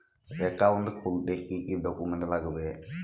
Account খুলতে কি কি ডকুমেন্ট লাগবে?